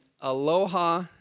Aloha